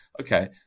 okay